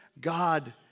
God